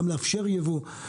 גם לאפשר יבוא,